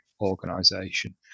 organization